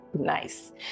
Nice